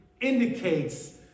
indicates